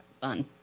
fun